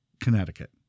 Connecticut